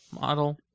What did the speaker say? model